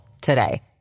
today